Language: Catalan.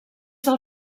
del